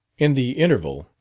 in the interval,